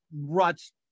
rut's